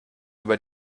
über